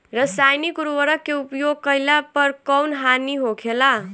रसायनिक उर्वरक के उपयोग कइला पर कउन हानि होखेला?